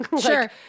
Sure